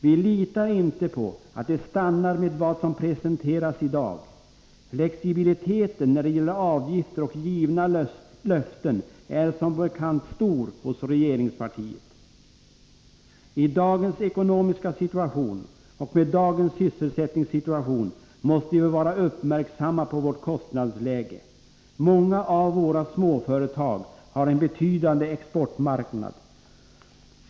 Vi litar inte på att det stannar med vad som presenteras i dag. Flexibiliteten när det gäller avgifter och givna löften är som bekant stor hos regeringspartiet. I dagens ekonomiska situation och med dagens sysselsättningssituation måste vi vara uppmärksamma på vårt kostnadsläge. Många av våra småföretag har en betydande exportmarknad.